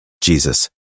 Jesus